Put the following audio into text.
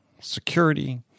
security